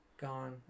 gone